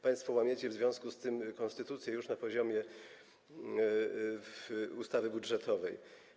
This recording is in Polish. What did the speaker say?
Państwo łamiecie w związku z tym konstytucję już na poziomie ustawy budżetowej.